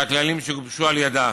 והכללים שגובשו על ידה,